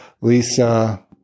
Lisa